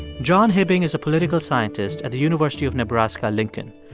john hibbing is a political scientist at the university of nebraska-lincoln.